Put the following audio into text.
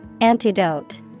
Antidote